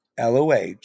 LOH